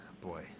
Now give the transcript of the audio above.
Boy